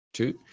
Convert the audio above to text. Two